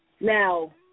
Now